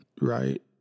right